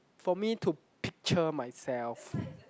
for me to picture myself